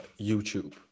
YouTube